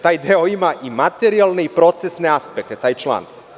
Taj deo ima i materijalne i procesne aspekte, taj član.